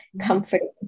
comforting